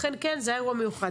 לכן זה היה אירוע מיוחד.